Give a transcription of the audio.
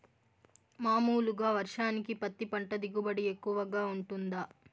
మామూలుగా వర్షానికి పత్తి పంట దిగుబడి ఎక్కువగా గా వుంటుందా?